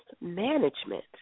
management